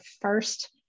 first